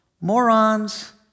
morons